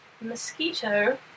mosquito